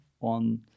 on